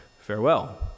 farewell